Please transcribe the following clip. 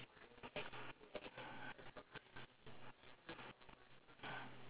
and what else ya